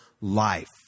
life